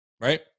Right